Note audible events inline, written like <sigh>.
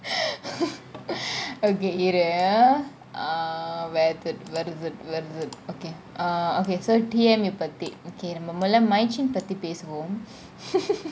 <laughs> okay இரு :iru uh where where is it where is it okay uh okay so டீமா பத்தி மோதலை நம்ம மெய்ஸன் பதோய் பேசுவோம் :teeamaa pathi mothala namma maison pathoi peasuvom <laughs>